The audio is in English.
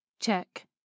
Check